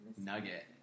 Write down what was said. Nugget